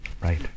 Right